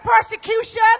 persecution